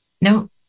no